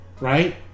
Right